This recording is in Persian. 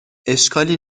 اشکالی